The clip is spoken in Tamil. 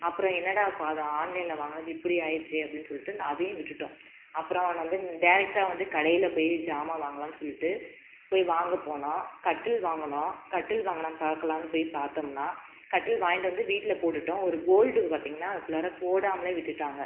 அப்புறம் என்னடாப்பா அது ஆன்லைனில் வாங்கினது இப்படி ஆயிடுச்சே அப்படினு சொல்லிட்டு நான் அதையும் விட்டுட்டோம் அப்புறம் வந்து டேரக்ட்டாக வந்து கடையில் போய் ஜாமான் வாங்கலான்னு சொல்லிட்டு போய் வாங்க போனோம் கட்டில் வாங்கினோம் கட்டில் வாங்கலானு பார்க்கலானு போய் பார்த்தோம்னா கட்டில் வாங்கிட்டு வந்து வீட்டில் போட்டுட்டோம் ஒரு போல்ட்டு பார்த்திங்கனா அதுக்குள்ளார போடாமலே விட்டுட்டாங்க